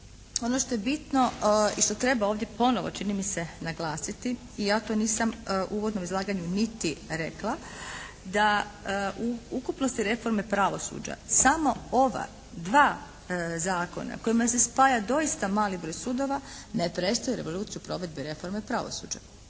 ono što je bitno i što treba ovdje ponovo čini mi se naglasiti i ja to nisam u uvodnom izlaganju niti rekla da u ukupnosti reforme pravosuđa samo ova dva zakona kojima se spaja doista mali broj sudova ne prestaje revolucija u provedbi reforme pravosuđa.